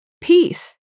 peace